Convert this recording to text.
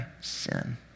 sin